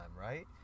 right